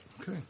Okay